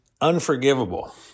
unforgivable